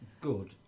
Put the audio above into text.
good